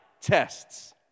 tests